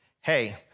hey